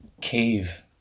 cave